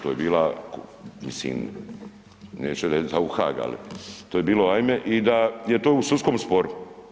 To je bila, mislim, neću reć da je za u Hag, ali to je bilo ajme i da je to u sudskom sporu.